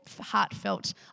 heartfelt